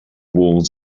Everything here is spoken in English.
walls